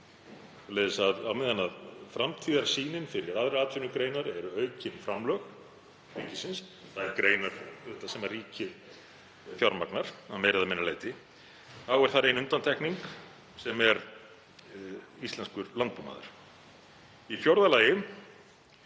Á meðan framtíðarsýnin fyrir aðrar atvinnugreinar eru aukin framlög ríkisins, þær greinar sem ríkið fjármagnar að meira eða minna leyti, er þar ein undantekning sem er íslenskur landbúnaður. Í fjórða lagi